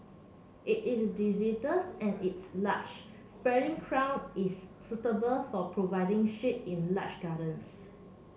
it is and its large spreading crown is suitable for providing shade in large gardens